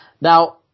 Now